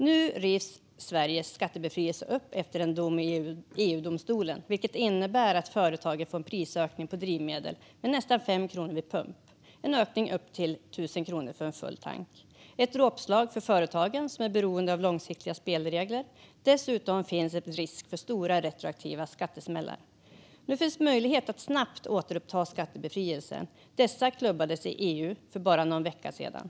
Nu rivs Sveriges skattebefrielse upp efter en dom i EU-domstolen, vilket innebär att företagen får en prisökning på drivmedel med nästan 5 kronor vid pump - en ökning upp till 1 000 kronor för en full tank. Det är ett dråpslag för företagen, som är beroende av långsiktiga spelregler. Dessutom finns det risk för stora retroaktiva skattesmällar. Nu finns det möjlighet att snabbt återuppta skattebefrielsen. Detta klubbades i EU för bara någon vecka sedan.